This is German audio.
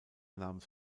namens